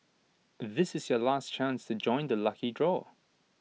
this is your last chance to join the lucky draw